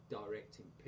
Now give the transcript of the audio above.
directing